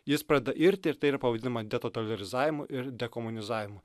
jis pradeda irti ir tai yra pavaidinama detotalizavimu ir dekomunizavimu